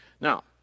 Now